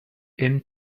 aimes